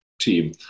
team